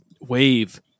wave